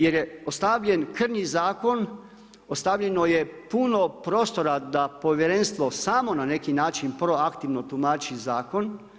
Jer je ostavljen krnji zakon, ostavljeno je puno prostora da povjerenstvo samo na neki način proaktivno tumači zakon.